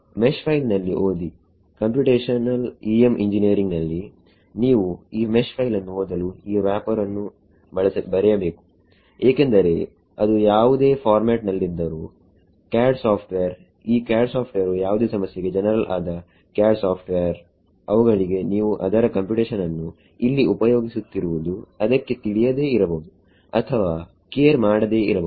mesh file ನಲ್ಲಿ ಓದಿ computational EM engineering ನಲ್ಲಿ ನೀವು ಈ ಮೆಶ್ ಫೈಲ್ ನ್ನು ಓದಲು ಈ ವ್ರ್ಯಾಪರ್ ಯನ್ನು ಬರೆಯಬೇಕು ಏಕೆಂದರೆಅದು ಯಾವುದೇ ಫಾರ್ಮ್ಯಾಟ್ ನಲ್ಲಿದ್ದರೂ CAD ಸಾಫ್ಟ್ವೇರ್ ಈ CAD ಸಾಫ್ಟ್ವೇರ್ ವು ಯಾವುದೇ ಸಮಸ್ಯೆಗೆ ಜನರಲ್ ಆದ CAD ಸಾಫ್ಟ್ವೇರ್ ಅವುಗಳಿಗೆ ನೀವು ಅದರ ಕಂಪ್ಯೂಟೇಶನ್ ಅನ್ನು ಇಲ್ಲಿ ಉಪಯೋಗಿಸುತ್ತಿರುವುದು ಅದಕ್ಕೆ ತಿಳಿಯದೇ ಇರಬಹುದು ಅಥವಾ ಕೇರ್ ಮಾಡದೇ ಇರಬಹುದು